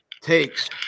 takes